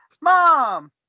Mom